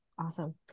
Awesome